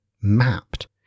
mapped